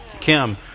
Kim